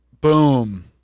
Boom